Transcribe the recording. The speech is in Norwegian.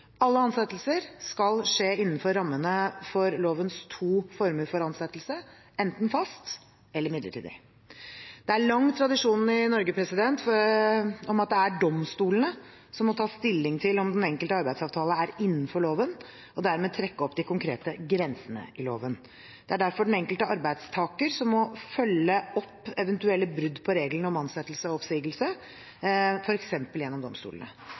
Alle ansettelser skal skje innenfor rammene av lovens to former for ansettelse – enten fast eller midlertidig. Det er lang tradisjon i Norge for at det er domstolene som må ta stilling til om den enkelte arbeidsavtale er innenfor loven, og dermed trekke opp de konkrete grensene i loven. Det er derfor den enkelte arbeidstaker som må følge opp eventuelle brudd på reglene om ansettelse og oppsigelse, f.eks. gjennom domstolene.